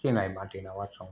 ચિનાઇ માટીનાં વાસણો